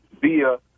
via